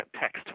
text